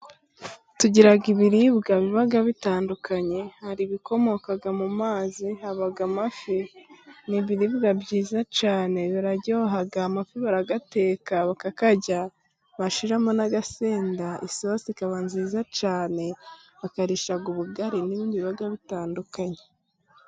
Tugira ibiribwa biba bitandukanye, hari ibikomoka mu mazi haba amafi, ni ibiribwa byiza cyane biraryoha, amafi barayateka bakayarya bashyiramo n'agasenda, isosi ikaba nziza cyane bakarisha ubugari n'ibindi biba bitandukanye.